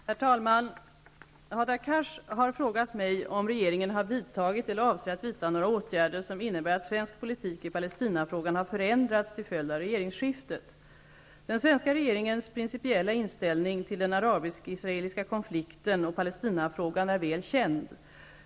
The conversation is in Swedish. Herr talman! Hadar Cars har frågat mig om regeringen har vidtagit eller avser att vidtaga några åtgärder som innebär att svensk politik i Palestinafrågan har förändrats till följd av regeringsskiftet. Den svenska regeringens principiella inställning till den arabisk-israeliska konflikten och Palestinafrågan är väl känd.